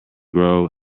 grow